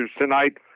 tonight